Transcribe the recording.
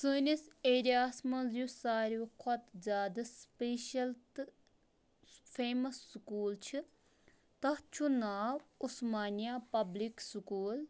سٲنِس ایریا ہَس مںٛز یُس ساروی کھۄتہٕ زیادٕ سٕپیشَل تہٕ سُہ فیمَس سکوٗل چھِ تَتھ چھُ ناو عثمانیہ پبلِک سکوٗل